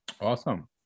awesome